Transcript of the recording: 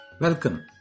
Welcome